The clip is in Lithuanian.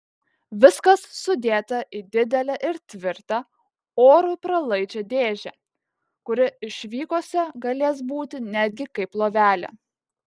viskas sudėta į didelę ir tvirtą orui pralaidžią dėžę kuri išvykose galės būti netgi kaip lovelė